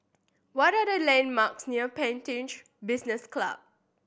what are the landmarks near Pantech Business Club